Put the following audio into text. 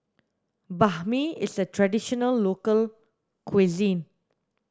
Banh Mi is a traditional local cuisine